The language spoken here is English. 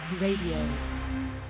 Radio